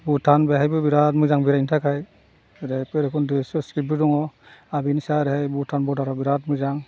भुटान बेवहायबो बिराद मोजां बेरायनो थाखाय आरो भैरबकुण्ड' सोरस्क्रिबबो दङ